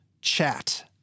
Chat